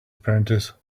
apprentice